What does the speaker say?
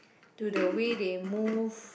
to the way they move